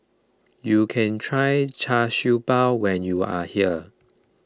you can try Char Siew Bao when you are here